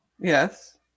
Yes